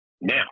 Now